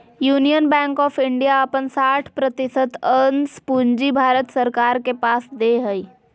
union Bank of India अपन साठ प्रतिशत अंश पूंजी भारत सरकार के पास दे हइ